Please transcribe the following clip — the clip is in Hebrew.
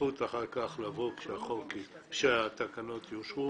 זכות אחר כך כשהתקנות יאושרו